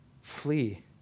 flee